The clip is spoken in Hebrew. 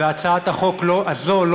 והצעת החוק הזו לא